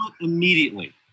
Immediately